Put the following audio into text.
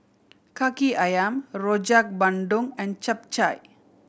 Kaki Ayam Rojak Bandung and Chap Chai